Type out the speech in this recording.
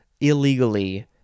illegally